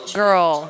girl